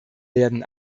werden